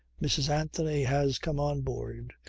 mrs. anthony has come on board.